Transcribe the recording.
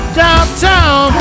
downtown